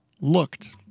looked